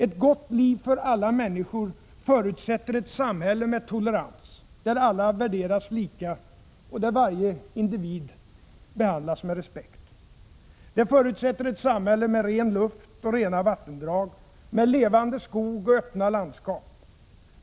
Ett gott liv för alla människor förutsätter ett samhälle med tolerans, där alla värderas lika och där varje individ behandlas med respekt. Det förutsätter ett samhälle med ren luft och rena vattendrag, med levande skog och öppna landskap.